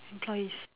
employees